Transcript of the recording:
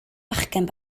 fachgen